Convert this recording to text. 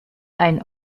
einen